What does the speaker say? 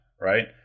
right